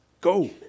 go